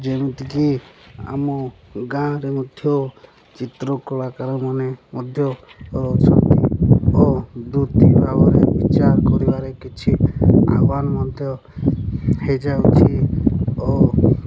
ଯେମିତିକି ଆମ ଗାଁରେ ମଧ୍ୟ ଚିତ୍ର କଳାକାରମାନେ ମଧ୍ୟ ରହୁଛନ୍ତି ଓ ଦ୍ରୁତ ଭାବରେ ବିଚାର କରିବାରେ କିଛି ଆହ୍ୱାନ ମଧ୍ୟ ହେଇଯାଉଛି ଓ